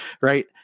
Right